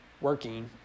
working